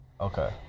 Okay